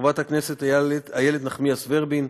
חברת הכנסת איילת נחמיאס ורבין,